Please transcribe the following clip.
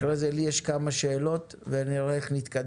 אחרי כן לי יש כמה שאלות ונראה איך נתקדם.